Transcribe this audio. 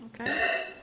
okay